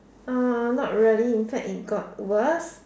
hmm not really in fact it got worse